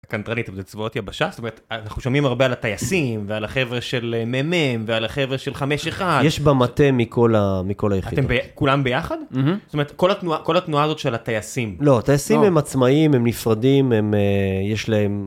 זאת אומרת, אנחנו שומעים הרבה על הטייסים ועל החבר'ה של מ״מ ועל החבר'ה של חמש אחד - יש במטה מכל ה.. מכל היחידות - אתם כולם ביחד? - מממ.. - זאת אומרת כל התנועה כל התנועה הזאת של הטייסים - לא טייסים הם עצמאים הם נפרדים הם יש להם.